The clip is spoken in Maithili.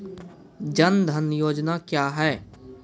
जन धन योजना क्या है?